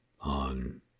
On